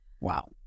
wow